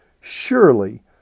Surely